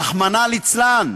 רחמנא ליצלן.